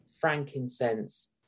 frankincense